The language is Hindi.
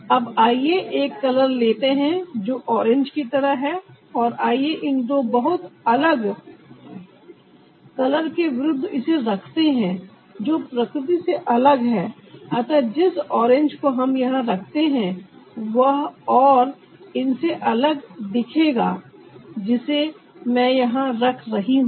अब आइए एक कलर लेते हैं जो ऑरेंज की तरह है और आइए इन दो बहुत अलग कलर के विरुद्ध इसे रखते हैं जो प्रकृति से अलग हैं अतः जिस ऑरेंज को हम यहां रखते हैं वह और इनसे अलग दिखेगा जिसे मैं यहां रख रही हूं